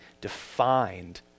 defined